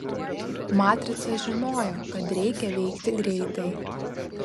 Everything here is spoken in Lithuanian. matrica žinojo kad reikia veikti greitai